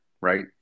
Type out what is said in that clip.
right